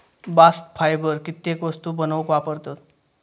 bast fibre कित्येक वस्तू बनवूक वापरतत